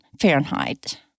Fahrenheit